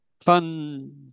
fun